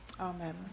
Amen